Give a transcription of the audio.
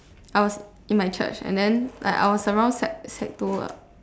I was in my church and then I I was around sec sec two lah